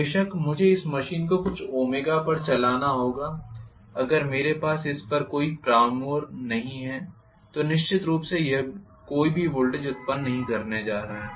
बेशक मुझे इस मशीन को कुछ ओमेगा पर चलाना होगा अगर मेरे पास इस पर कोई प्राइम मूवर नहीं है तो निश्चित रूप से यह कोई भी वोल्टेज उत्पन्न नहीं करने जा रहा है